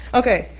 okay,